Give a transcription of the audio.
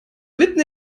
mitten